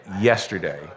yesterday